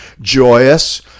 joyous